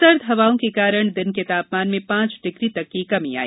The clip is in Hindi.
सर्द हवाओं के कारण दिन के तापमान में पांच डिग्री तक की कमी आई